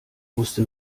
wusste